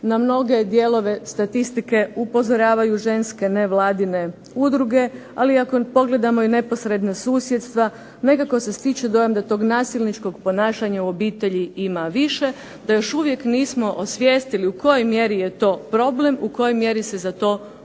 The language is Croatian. na mnoge dijelove statistike upozoravaju ženske nevladine udruge, ali ako pogledamo i neposredna susjedstva nekako se stiče dojam da tog nasilničkog ponašanja u obitelji ima više, da još uvijek nismo osvijestili u kojoj mjeri je to problem, u kojoj mjeri se za to može